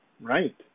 Right